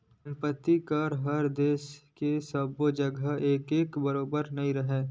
संपत्ति कर ह देस के सब्बो जघा एके बरोबर नइ राहय